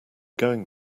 going